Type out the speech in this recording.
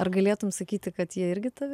ar galėtume sakyti kad jie irgi tave